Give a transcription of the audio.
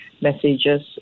messages